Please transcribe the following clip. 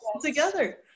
together